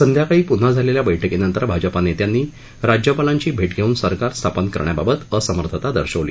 संध्याकाळी प्न्हा झालेल्या बैठकीनंतर भाजपा नेत्यांनी राज्यपालांची भेट घेऊन सरकार स्थापन करण्याबाबत असमर्थता दर्शवली